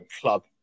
club